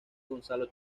gonzalo